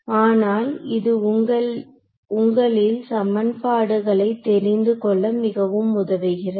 ஆனால் இது உங்களில் சமன்பாடுகளை தெரிந்துகொள்ள மிகவும் உதவுகிறது